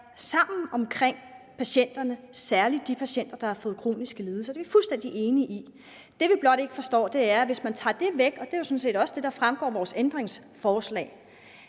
sammen omkring patienterne, særlig de patienter, der har fået kroniske lidelser. Det er vi fuldstændig enige i. Det, vi blot ikke forstår, er, at hvis man tager det væk – og det er jo sådan set også det, der fremgår af vores ændringsforslag